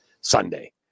Sunday